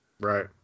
Right